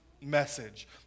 message